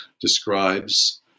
describes